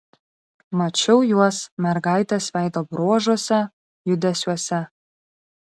mačiau juos mergaitės veido bruožuose judesiuose